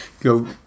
Go